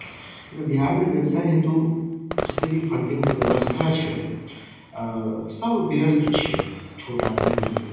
बिहार मे व्यवसाय हेतु जते भी फंडिंगके व्यवस्था छै सब व्यर्थ छै छोट आदमी के लेल